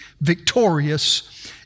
victorious